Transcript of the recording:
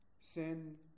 sin